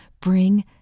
bring